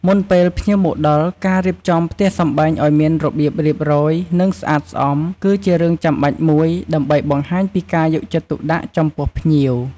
មុនពេលភ្ញៀវមកដល់ ការរៀបចំផ្ទះសម្បែងឲ្យមានរបៀបរៀបរយ និងស្អាតស្អំ គឺជារឿងចាំបាច់មួយ ដើម្បីបង្ហាញពីការយកចិត្តទុកដាក់ចំពោះភ្ញៀវ។